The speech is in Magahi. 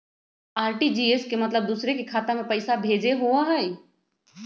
आर.टी.जी.एस के मतलब दूसरे के खाता में पईसा भेजे होअ हई?